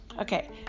Okay